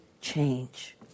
change